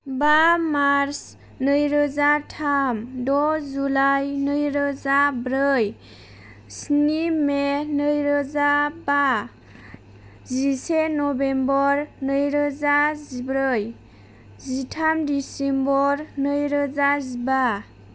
बा मार्स नैरोजा थाम द जुलाइ नैरोजा ब्रै स्नि मे नैरोजा बा जिसे नभेम्बर नैरोजा जिब्रै जिथाम डिसेम्बर नैरोजा जिबा